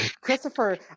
Christopher